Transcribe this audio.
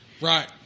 Right